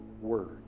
word